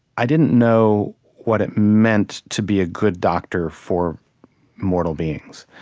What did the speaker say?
i didn't know what it meant to be a good doctor for mortal beings,